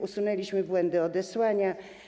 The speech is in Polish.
Usunęliśmy błędy odesłania.